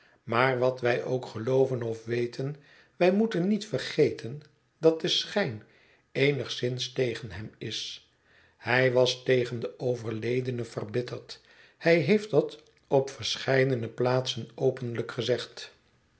maar wat wij ook gelooven of weten wij moeten niet vergeten dat de schijn eenigszins tegen hem is hij was tegen den overledene verbitterd hij heeft dat op verscheidene plaatsen openlijk gezegd